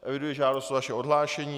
Eviduji žádost o vaše odhlášení.